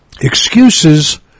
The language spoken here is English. Excuses